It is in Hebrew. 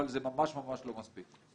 אבל זה ממש לא מספיק.